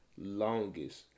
longest